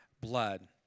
blood